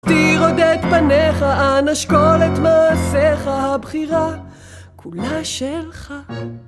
עוד את פניך, אנא שקול את מעשיך, הבחירה כולה שלך.